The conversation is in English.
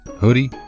hoodie